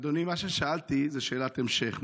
אדוני, מה ששאלתי זה שאלת המשך.